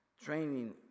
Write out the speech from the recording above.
Training